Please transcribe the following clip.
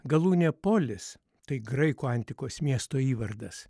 galūnė polis tai graikų antikos miesto įvardas